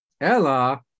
Ella